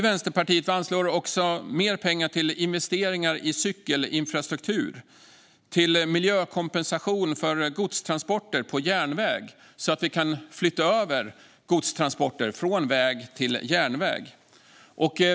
Vänsterpartiet anslår också mer pengar till investeringar i cykelinfrastruktur och till miljökompensation för godstransporter på järnväg så att godstransporter kan flyttas över från väg till järnväg.